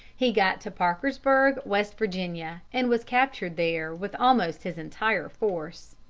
he got to parkersburg, west virginia, and was captured there with almost his entire force.